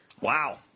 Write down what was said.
Wow